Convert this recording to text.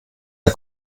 der